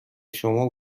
شما